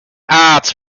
arts